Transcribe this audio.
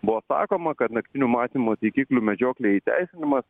buvo sakoma kad naktinių matymo taikiklių medžioklėje įteisinimas